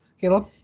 Caleb